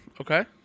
Okay